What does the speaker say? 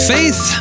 Faith